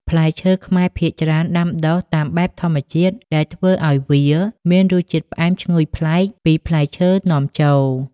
ផ្លែឈើខ្មែរភាគច្រើនដាំដុះតាមបែបធម្មជាតិ ដែលធ្វើឱ្យវាមានរសជាតិផ្អែមឈ្ងុយប្លែកពីផ្លែឈើនាំចូល។